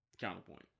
Counterpoint